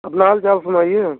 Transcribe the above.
अपना हाल चाल सुनाईए